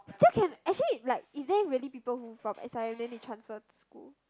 still can actually like is there really people who from S_I_M then they transfer to school